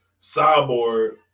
Cyborg